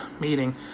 meeting